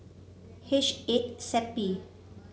H eight SEPY